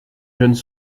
jeunes